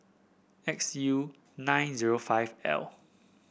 X U nine zero five L